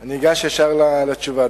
אני אגש ישר לתשובה.